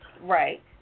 Right